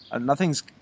Nothing's